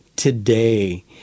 today